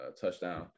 touchdown